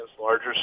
larger